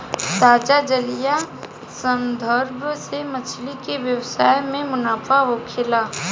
ताजा जलीय संवर्धन से मछली के व्यवसाय में मुनाफा होखेला